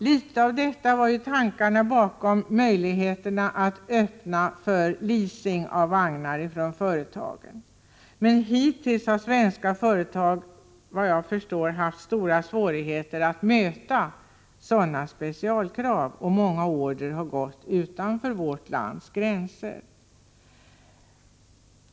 Litet av detta var tankarna bakom möjligheterna att öppna för leasing av vagnar från företagen. Men hittills har svenska företag såvitt jag förstår haft stora svårigheter att möta sådana specialkrav, och många order har gått till företag utanför vårt lands gränser.